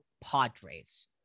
Padres